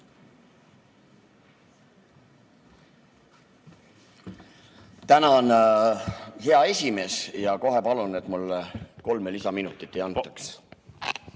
Tänan, hea esimees! Ja kohe palun, et mulle kolme lisaminutit ei antaks.